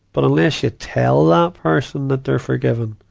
but unless you tell that person that they're forgiven,